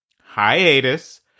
hiatus